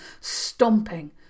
stomping